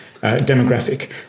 demographic